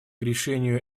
решению